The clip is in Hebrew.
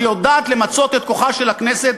שיודעת למצות את כוחה של הכנסת,